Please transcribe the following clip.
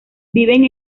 viven